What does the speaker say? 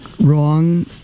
wrong